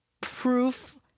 proof